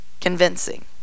convincing